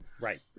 Right